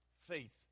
faith